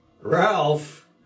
Ralph